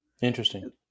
Interesting